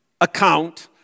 account